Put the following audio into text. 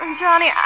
Johnny